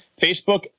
Facebook